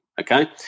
okay